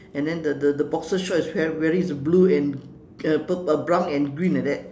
and then the the the boxer shorts he is wearing is blue and uh purp~ brown and green like that